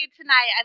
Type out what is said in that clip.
tonight